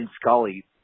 Scully